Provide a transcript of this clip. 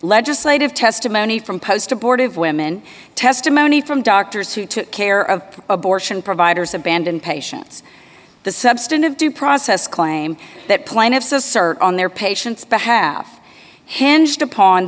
legislative testimony from post abortive women testimony from doctors who took care of abortion providers abandon patients the substantive due process claim that plaintiffs assert on their patients behalf hinged upon